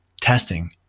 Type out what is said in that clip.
testing